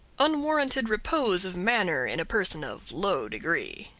unwarranted repose of manner in a person of low degree.